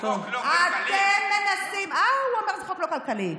זה חוק לא כלכלי.